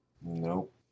Nope